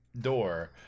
door